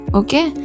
okay